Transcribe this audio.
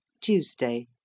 Tuesday